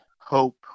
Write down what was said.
hope